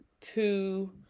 two